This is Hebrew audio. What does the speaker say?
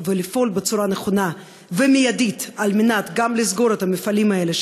ולפעול בצורה נכונה ומיידית כדי גם לסגור את המפעלים האלה,